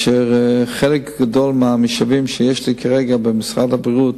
חלק גדול מהמשאבים שיש לי כרגע במשרד הבריאות,